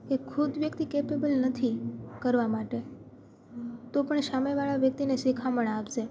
કે ખુદ વ્યક્તિ કેપેબલ નથી કરવા માટે તો પણ સામેવાળા વ્યક્તિને શિખામણ આપશે